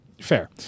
Fair